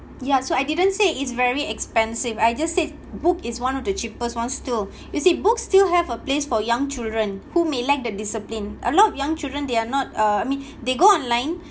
ya so I didn't say it's very expensive I just said book is one of the cheapest ones too you see books still have a place for young children who may lack the discipline a lot of young children they are not uh I mean they go online